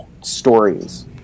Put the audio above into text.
stories